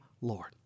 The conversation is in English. Lord